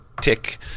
tick